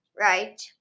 right